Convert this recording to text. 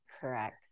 correct